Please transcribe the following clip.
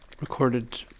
Recorded